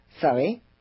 Sorry